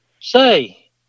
Say